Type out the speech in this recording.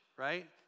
right